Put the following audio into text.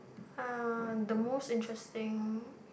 ya the most interesting